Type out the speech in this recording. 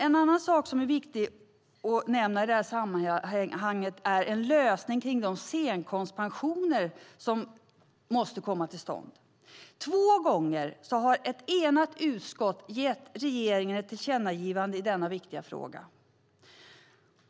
En annan sak som är viktig att nämna i sammanhanget är att en lösning när det gäller scenkonstpensionerna måste komma till stånd. Två gånger har ett enigt utskott gett regeringen ett tillkännagivande i denna viktiga fråga.